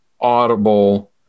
audible